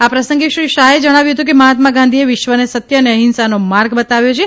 આ પ્રસંગે શ્રી શાહે જણાવ્યું કે મહાત્મા ગાંધીજીએ વિશ્વને સત્ય અને અહિંસાનો માર્ગ બતાવ્યો છે